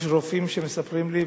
יש רופאים שמספרים לי,